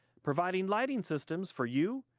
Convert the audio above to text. providing lighting systems for you,